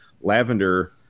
Lavender